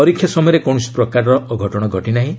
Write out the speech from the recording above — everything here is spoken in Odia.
ପରୀକ୍ଷା ସମୟରେ କୌଣସି ପ୍ରକାର ଅଘଟଣ ଘଟି ନାହିଁ